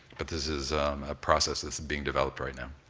but this is a process that's being developed right now.